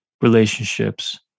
relationships